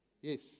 yes